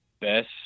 best